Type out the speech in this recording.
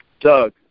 Doug